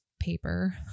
paper